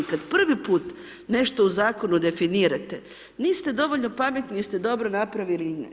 Kad prvi put nešto u zakonu definirate niste dovoljno pametni jeste dobro napravili ili ne.